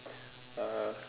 uh